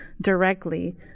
directly